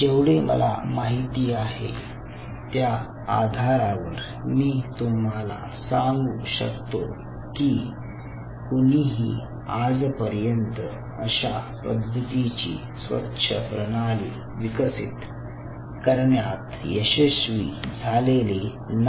जेवढे मला माहिती आहे त्या आधारावर मी तुम्हाला सांगू शकतो की कुणीही आजपर्यंत अशा पद्धतीची स्वच्छ प्रणाली विकसित करण्यात यशस्वी झालेले नाही